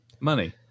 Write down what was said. Money